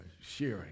sharing